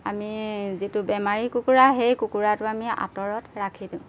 আমি যিটো বেমাৰী কুকুৰা সেই কুকুৰাটো আমি আঁতৰত ৰাখি দিওঁ